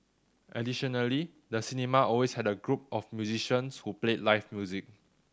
additionally the cinema always had a group of musicians who played live music